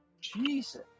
Jesus